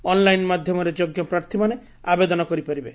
online ମାଧ୍ଧମରେ ଯୋଗ୍ୟ ପ୍ରାର୍ଥୀମାନେ ଆବେଦନ କରିପାରିବେ